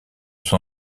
son